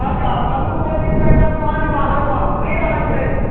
अच्छा फल्गू नदीमे तऽ पानि बारहो मास नहि रहैत छै